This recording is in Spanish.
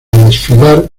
desfilar